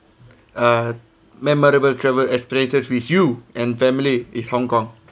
uh memorable travel experiences with you and family is hong kong